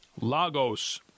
Lagos